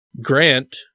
Grant